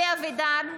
אלי אבידר,